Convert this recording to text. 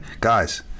guys